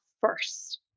first